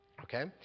Okay